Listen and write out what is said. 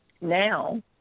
now